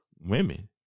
women